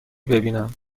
ببینم